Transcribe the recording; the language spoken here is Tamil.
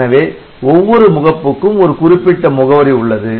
எனவே ஒவ்வொரு முகப்புக்கும் ஒரு குறிப்பிட்ட முகவரி உள்ளது